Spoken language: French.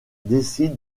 décide